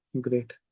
Great